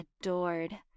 adored